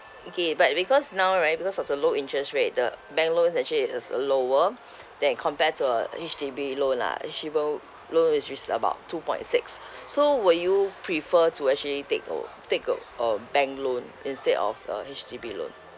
okay but because now right because of the low interest rate the bank loans actually is uh lower than compared to a H_D_B loan lah SIBOR loan is risk about two point six so will you prefer to actually take a take a a bank loan instead of a H_D_B loan